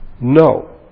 No